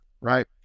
right